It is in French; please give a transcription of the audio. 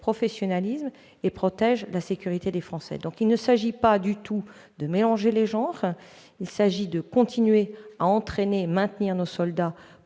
professionnalisme et protègent la sécurité des Français. Il ne s'agit pas du tout de mélanger les genres. Il faut continuer à entraîner et à maintenir nos soldats